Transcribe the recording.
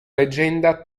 leggenda